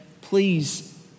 please